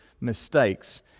mistakes